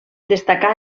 destacà